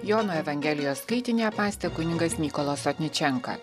jono evangelijos skaitinį apmąstė kunigas mykolas sotničenka